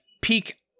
peak